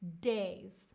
days